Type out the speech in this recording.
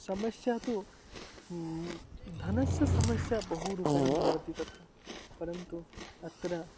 समस्या तु धनस्य समस्या बहु रूपेण भवति तत्र परन्तु अत्र